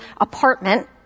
apartment